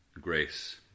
Grace